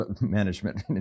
management